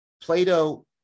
Plato